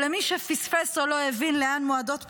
אבל למי שפספס או לא הבין לאן מועדות פנינו,